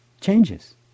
changes